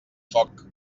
foc